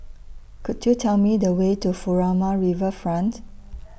Could YOU Tell Me The Way to Furama Riverfront